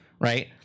right